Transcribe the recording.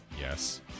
yes